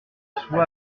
soit